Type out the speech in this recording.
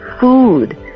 food